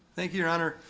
thank you your honor.